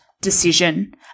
decision